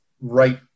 right